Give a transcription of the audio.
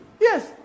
Yes